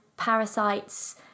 parasites